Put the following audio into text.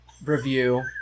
Review